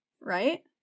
right